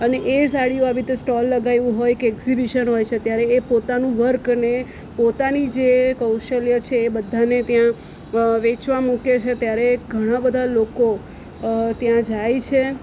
અને એ સાડીઓ આવી રીતે સ્ટોલ લગાવ્યું હોય કે એકબીસન હોય છે ત્યારે એ પોતાનું વર્ક અને પોતાની જે કૌશલ્ય છે એ બધાને ત્યાં વેચવા મૂકે છે ત્યારે ઘણાં બધા લોકો ત્યાં જાય છે